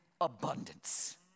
abundance